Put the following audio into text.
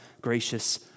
gracious